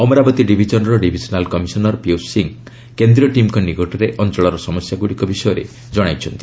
ଅମରାବତୀ ଡିଭିଜନର divisional commissioner Piyush Singh କେନ୍ଦ୍ରୀୟ ଟିମ୍ଙ୍କ ନିକଟରେ ଅଞ୍ଚଳର ସମସ୍ୟାଗୁଡ଼ିକ ବିଷୟରେ ଜଣାଇଛନ୍ତି